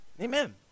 Amen